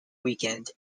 weekend